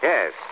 Yes